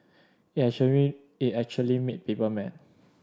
it it actually made people mad